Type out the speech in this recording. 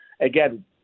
again